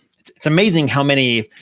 it's it's amazing how many,